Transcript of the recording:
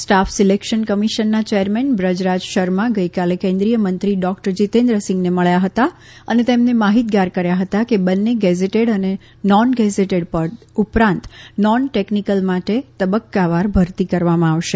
staff selection કમિશનના chairman Braj Raj Sharma ગઇકાલે કેન્દ્રિય મંત્રી ડોકટર જીતેન્દ્ર સિંઘને મળ્યા હતા અને તેમને માહિતગાર કર્યા હતા કે બંને ગેઝેટેડ અને નોન ગેઝેટેડ પદ ઉપરાંત નોન ટેકનીકલ માટે તબકકાવાર ભરતી કરવામાં આવશે